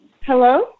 Hello